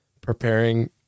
preparing